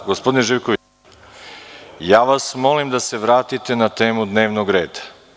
Gospodine Živkoviću, molim vas da se vratite na temu dnevnog reda.